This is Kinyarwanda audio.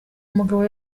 mugabo